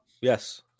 Yes